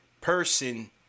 person